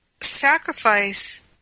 Sacrifice